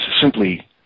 simply